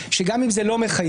שגם אם זה לא מחייב,